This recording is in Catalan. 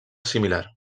similar